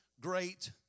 great